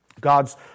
God's